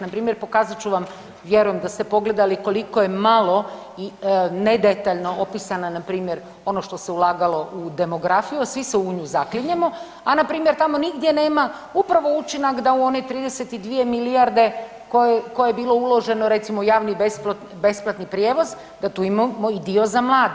Npr. pokazat ću vam, vjerujem da ste pogledali koliko je malo i nedetaljno opisana npr. ono što se ulagalo u demografiju, a svi se u nju zaklinjemo, a npr. tamo nigdje nema upravo učinak da u one 32 milijarde koje, koje je bilo uloženo recimo u javni besplatni prijevoz da tu imamo i dio za mlade.